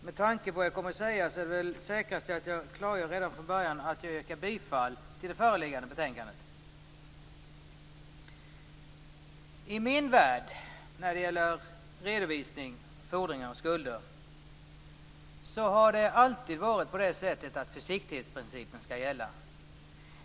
Herr talman! Med tanke på vad jag kommer att säga är det väl säkrast att jag klargör redan från början att jag yrkar bifall till hemställan i det föreliggande betänkandet. I min värld, när det gäller redovisning av fordringar och skulder, har det alltid varit på det sättet att försiktighetsprincipen skall gälla.